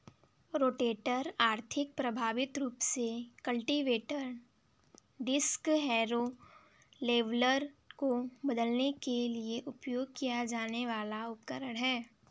rotator आर्थिक, प्रभावी रूप से कल्टीवेटर, डिस्क हैरो, लेवलर को बदलने के लिए उपयोग किया जाने वाला उपकरण है